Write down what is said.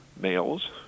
males